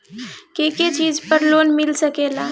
के के चीज पर लोन मिल सकेला?